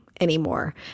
anymore